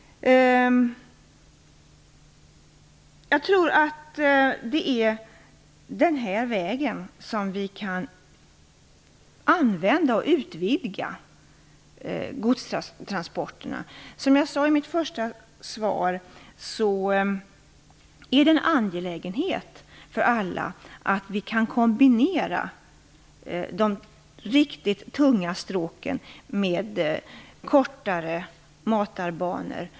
Jag tror att det är den här vägen som vi kan utvidga godstransporterna. Som jag sade i mitt svar är det en angelägenhet för alla att vi kan kombinera de riktigt tunga stråken med kortare matarbanor.